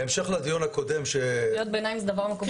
בהמשך לדיון הקודם --- קריאות ביניים זה דבר מקובל בכנסת.